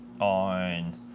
on